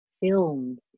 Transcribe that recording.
films